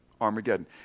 Armageddon